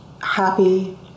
happy